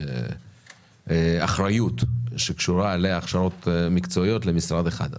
האחריות שקשורה להכשרות מקצועיות למשרד אחד.